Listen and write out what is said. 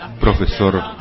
profesor